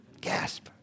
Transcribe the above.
Gasp